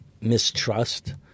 mistrust